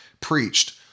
preached